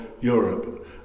Europe